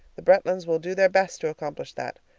the bretlands will do their best to accomplish that.